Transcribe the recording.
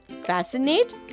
fascinate